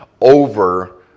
over